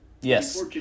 Yes